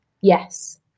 Yes